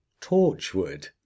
Torchwood